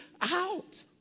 out